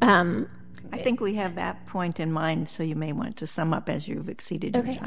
i think we have that point in mind so you may want to sum up as you've exceeded ok